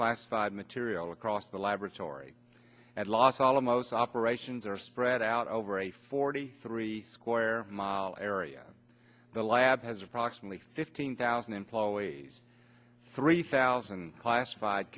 classified material across the laboratory at los alamos operations are spread out over a forty three square mile area the lab has approximately fifteen thousand employees three thousand classified